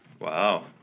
Wow